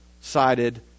sided